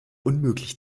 unmöglich